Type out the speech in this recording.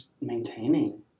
maintaining